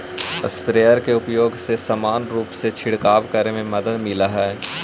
sprayer के उपयोग से समान रूप से छिडकाव करे में मदद मिलऽ हई